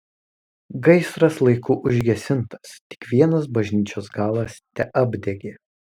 gaisras laiku užgesintas tik vienas bažnyčios galas teapdegė